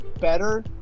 better